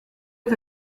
est